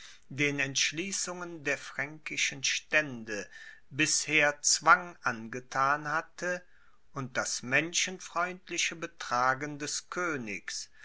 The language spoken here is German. den entschließungen der fränkischen stände bisher zwang angethan hatte und das menschenfreundliche betragen des königs